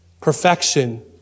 perfection